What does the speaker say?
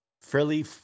fairly